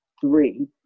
three